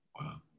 wow